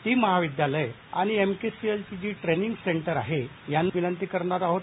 ती महाविद्यालयं आणि एमकेसीएलची जी ट्रेनिंग सेंटर आहेत यांना विनंती करणार आहोत